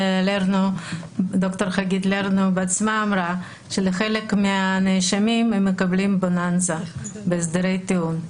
ד"ר חגית לרנאו בעצמה אמרה שחלק מהנאשמים מקבלים בוננזה בהסדרי טיעון,